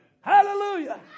Hallelujah